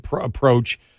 approach